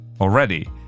already